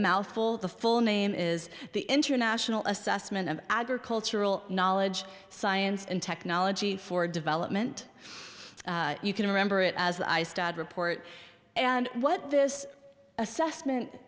mouthful the full name is the international assessment of agricultural knowledge science and technology for development you can remember it as i studied report and what this assessment